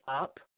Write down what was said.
up